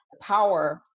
power